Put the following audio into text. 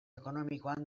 ekonomikoan